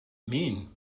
mean